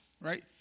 right